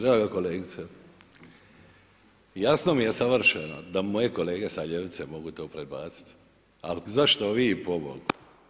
Draga kolegice, jasno mi je savršeno da moje kolege sa ljevice mogu to predbaciti, ali zašto vi pobogu?